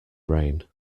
rain